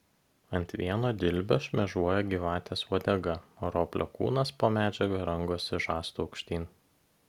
ant vieno dilbio šmėžuoja gyvatės uodega o roplio kūnas po medžiaga rangosi žastu aukštyn